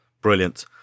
Brilliant